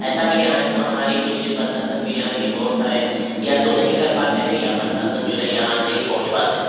ایسا بھی یہاں ہے تو ہماری کچھ پرشاسن بھی یہاں کے بہت سارے یا تو نہیں کر پاتے ہیں یا پرشاسن جو ہے یہاں نہیں پہنچ پاتے ہیں